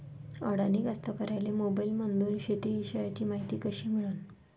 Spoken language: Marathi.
अडानी कास्तकाराइले मोबाईलमंदून शेती इषयीची मायती कशी मिळन?